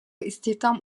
istihdam